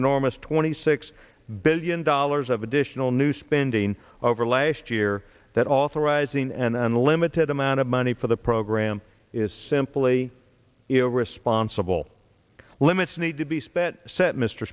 enormous twenty six billion dollars of additional new spending over last year that authorizing an unlimited amount of money for the program is simply irresponsible limits need to be spent s